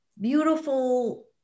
beautiful